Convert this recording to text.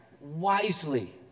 wisely